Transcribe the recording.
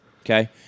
Okay